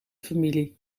familie